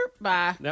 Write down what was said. bye